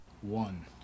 One